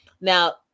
Now